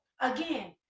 again